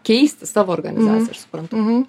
keisti savo organizaciją aš suprantu